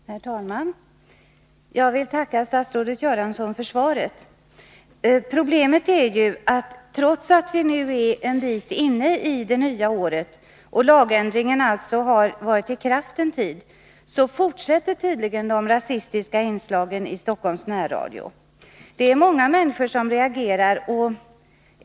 Herr talman! Jag vill tacka statsrådet Göransson för svaret. Problemet är att de rasistiska inslagen i Stockholms närradio fortsätter, trots att vi nu är en bit inne i det nya året och lagändringen alltså har varit i kraft en tid. Det är många människor som reagerar.